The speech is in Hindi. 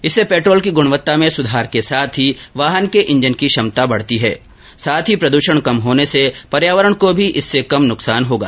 इससे पैट्रॉल की गुणवत्ता में सुधार के साथ ही वाहन के इंजन की क्षमता बढ़ेगी साथ ही प्रद्षण कम होने से पर्योवरण को भी इससे कम नुकसान होगा